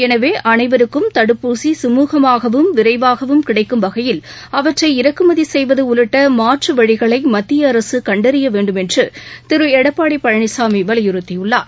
எனவே அனைவருக்கும் தடுப்பூசி கமுகமாகவும் விரைவாகவும் கிடைக்கும் வகையில் அவற்றை இறக்குமதி செய்வது உள்ளிட்ட மாற்று வழிகளை மத்திய அரசு கண்டறிய வேண்டும் என்று திரு எடப்பாடி பழனிசாமி வலியுறுத்தியுள்ளார்